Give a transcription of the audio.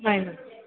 bye madam